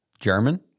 German